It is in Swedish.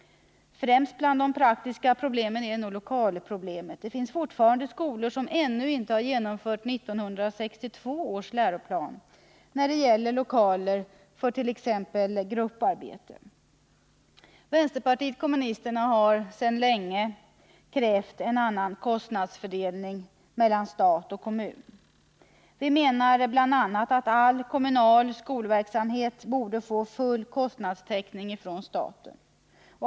Främst bland de praktiska problemen är nog lokalproblemet. Det finns fortfarande skolor som inte har genomfört 1962 års läroplan när det gäller lokaler för t.ex. grupparbete. Vänsterpartiet kommunisterna har sedan länge krävt en annan kostnadsfördelning mellan stat och kommun. Vi menar bl.a. att all kommunal skolverksamhet borde få full kostnadstäckning från staten.